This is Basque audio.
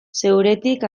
zeuretik